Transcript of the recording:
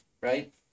right